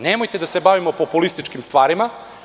Nemojte da se bavimo populističkim stvarima.